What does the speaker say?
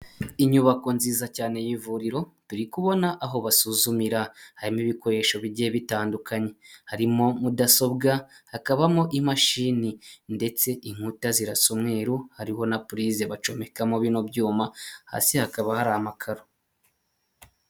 Inyubako nziza cyane y'ivuriro, turi kubona aho basuzumira harimo ibikoresho bigiye bitandukanye, harimo mudasobwa hakabamo imashini ndetse inkuta zirasa umweru hariho na purize bacomekamo bino byuma hasi hakaba hari amakaro.